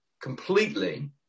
completely